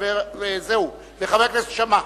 חבר הכנסת שאמה,